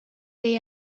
they